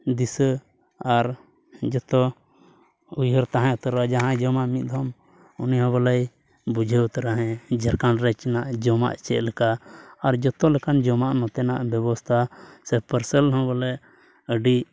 ᱫᱤᱥᱟᱹ ᱟᱨ ᱡᱚᱛᱚ ᱩᱭᱦᱟᱹᱨ ᱛᱟᱦᱮᱸ ᱛᱚᱨᱟ ᱡᱟᱦᱟᱸᱭ ᱡᱚᱢᱟ ᱢᱤᱫ ᱫᱷᱚᱢ ᱩᱱᱤ ᱦᱚᱸ ᱵᱚᱞᱮᱭ ᱵᱩᱡᱷᱟᱹᱣ ᱩᱛᱟᱹᱨᱟ ᱦᱮᱸ ᱡᱷᱟᱲᱠᱷᱚᱸᱰ ᱨᱮᱱᱟᱜ ᱡᱚᱢᱟᱜ ᱪᱮᱫ ᱞᱮᱠᱟ ᱟᱨ ᱡᱚᱛᱚ ᱞᱮᱠᱟᱱ ᱡᱚᱢᱟᱜ ᱱᱚᱛᱮ ᱨᱮ ᱵᱮᱵᱚᱥᱛᱷᱟ ᱥᱮ ᱯᱟᱨᱥᱮᱞ ᱵᱚᱞᱮ ᱟᱹᱰᱤ